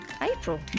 April